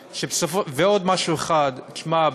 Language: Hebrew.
ועוד משהו אחד: שמע,